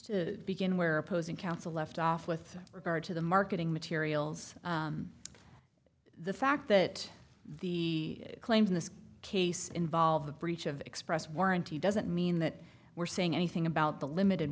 you begin where opposing counsel left off with regard to the marketing materials the fact that the claims in this case involve the breach of express warranty doesn't mean that we're saying anything about the limited